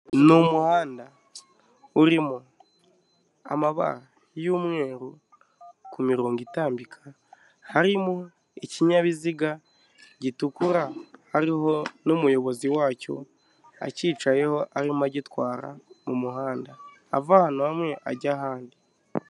Ni umuhanda urimo amabara y'umweru ku mirongo itambika, harimo ikinyabiziga gitukura hariho n'umuyobozi wacyo acyicayeho arimo agitwara mu muhanda ava ahantu hamwe ajya ahandi.